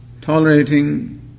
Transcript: Tolerating